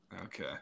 Okay